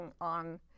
on